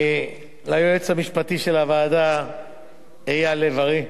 ליועץ המשפטי של הוועדה אייל לב-ארי,